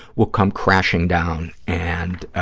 will come crashing down and